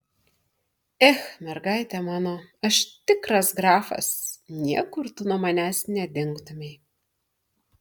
ech mergaite mano aš tikras grafas niekur tu nuo manęs nedingtumei